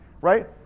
right